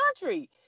country